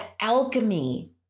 alchemy